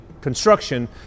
construction